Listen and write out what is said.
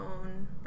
own